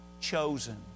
chosen